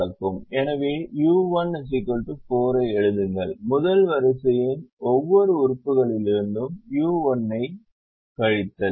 எனவே u1 4 ஐ எழுதுங்கள் முதல் வரிசையின் ஒவ்வொரு உறுப்புகளிலிருந்தும் u1 ஐக் கழித்தல்